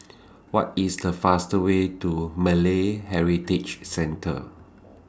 What IS The faster Way to Malay Heritage Centre